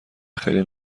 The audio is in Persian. خیلی